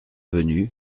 venu